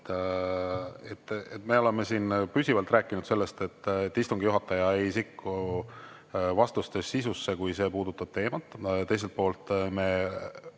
me oleme siin püsivalt rääkinud sellest, et istungi juhataja ei sekku vastuste sisusse, kui see puudutab teemat. Teiselt poolt, me